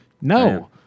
No